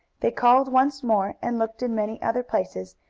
they called once more, and looked in many other places,